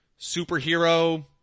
superhero